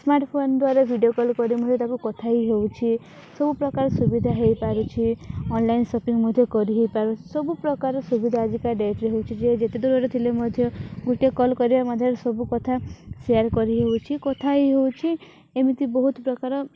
smartphone ଦ୍ଵାରା video call କରି ମଧ୍ୟ ତାକୁ କଥା ହେଇ ହେଉଛି ସବୁପ୍ରକାର ସୁବିଧା ହୋଇପାରୁଛି ଅନ୍ଲାଇନ୍ ସପିଂ ମଧ୍ୟ କରି ହୋଇପାରୁଛି ସବୁ ପ୍ରକାର ସୁବିଧା ଆଜିକା ଡେଟ୍ରେ ହେଉଛି ଯିଏ ଯେତେ ଦୂରରେ ଥିଲେ ମଧ୍ୟ ଗୋଟିଏ କଲ୍ କରିବା ମଧ୍ୟରେ ସବୁ କଥା ସେୟାର୍ କରିହେଉଛି କଥା ହେଇ ହେଉଛି ଏମିତି ବହୁତ ପ୍ରକାର